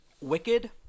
Wicked